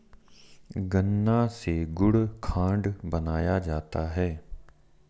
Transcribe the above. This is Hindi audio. गन्ना से गुड़ खांड बनाया जाता है